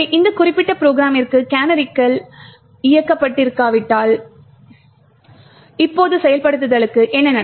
இந்த குறிப்பிட்ட ப்ரோகிராமிற்கு கேனரிகள் இயக்கப்பட்டிருக்காவிட்டால் இப்போது செயல்படுத்தலுக்கு என்ன நடக்கும்